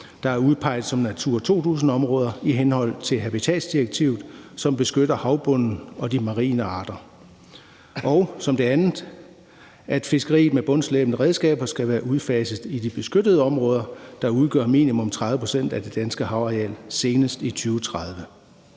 der er udpeget som Natura 2000-områder i henhold til EU's habitatdirektivet, som beskytter havbunden og de marine arter. Det andet er, at fiskeri med bundslæbende redskaber skal være udfaset i de beskyttede havområder, der udgør minimum 30 pct. er det danske havareal, senest i 2030.